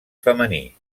femení